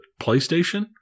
PlayStation